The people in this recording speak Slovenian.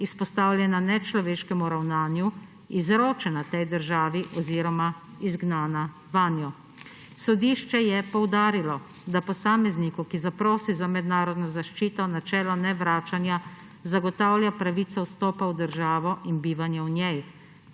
izpostavljena nečloveškemu ravnanju, izročena tej državi oziroma izgnana vanjo. Sodišče je poudarilo, da posamezniku, ki zaprosi za mednarodno zaščito, načelo nevračanja zagotavlja pravico vstopa v državo in bivanje v njej.